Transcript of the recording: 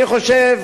אני חושב,